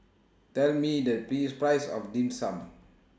Tell Me The P Price of Dim Sum